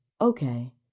Okay